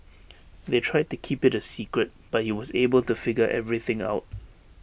they tried to keep IT A secret but he was able to figure everything out